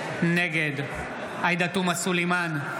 נגד עאידה תומא סלימאן,